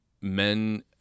men